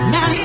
Now